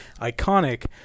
Iconic